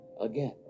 Again